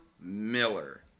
Miller